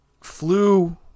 flew